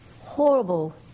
horrible